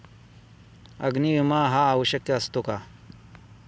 अग्नी विमा हा आवश्यक असतो का?